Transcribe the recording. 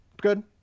good